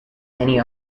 many